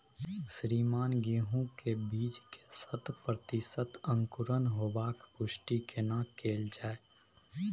श्रीमान गेहूं के बीज के शत प्रतिसत अंकुरण होबाक पुष्टि केना कैल जाय?